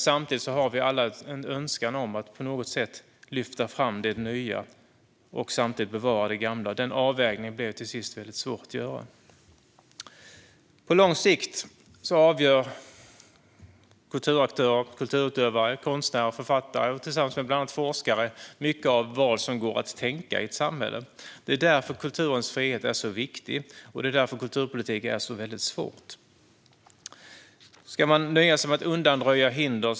Samtidigt har vi alla en önskan om att på något sätt lyfta fram det nya och ändå bevara det gamla. Den avvägningen blir till sist väldigt svår att göra. På lång sikt avgör kulturaktörer, kulturutövare, konstnärer och författare tillsammans med bland annat forskare mycket av vad som går att tänka i ett samhälle. Det är därför kulturens frihet är så viktig. Det är därför kulturpolitik är så väldigt svårt. Ska man nöja sig med att undanröja hinder?